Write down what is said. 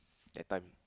that time